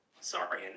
Sorry